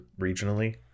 regionally